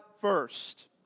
first